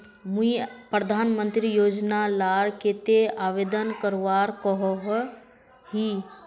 मुई प्रधानमंत्री योजना लार केते आवेदन करवा सकोहो ही?